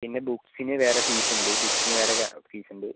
പിന്നെ ബുക്സിന് വേറെ ഫീസ് ഉണ്ട് ബുക്സിന് വേറെ ഫീസ് ഉണ്ട്